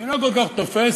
אינה כל כך תופסת,